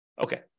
Okay